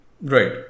Right